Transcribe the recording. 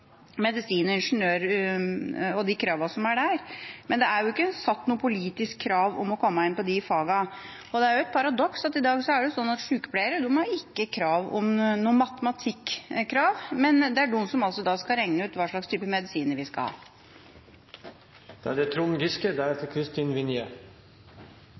medisin og ingeniør og de kravene som er der, men det er jo ikke satt noe politisk krav om å komme inn på de fagene. Det er et paradoks at i dag er det sånn at sykepleiere ikke har noe matematikkrav, men det er de som skal regne ut hva slags medisiner vi skal ha. Det er all grunn til å takke for en god og konstruktiv debatt. Dessverre virker det